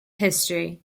history